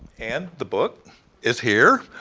and the book is here.